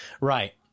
Right